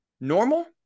normal